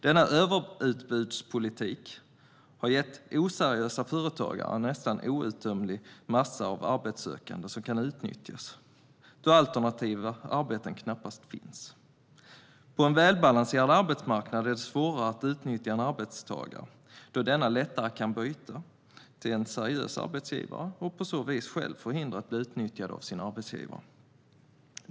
Denna överutbudspolitik har gett oseriösa företagare en nästan outtömlig massa av arbetssökande som kan utnyttjas, då alternativa arbeten knappast finns. På en välbalanserad arbetsmarknad är det svårare att utnyttja en arbetstagare, då denna lättare kan byta till en seriös arbetsgivare och på så vis själv förhindra att bli utnyttjad av sin arbetsgivare.